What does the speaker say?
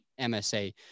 MSA